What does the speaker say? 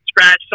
scratch